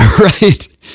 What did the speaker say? Right